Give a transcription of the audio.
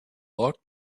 luck